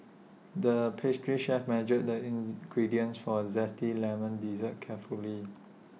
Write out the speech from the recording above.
the pastry chef measured the ins gradients for A Zesty Lemon Dessert carefully